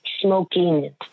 Smoking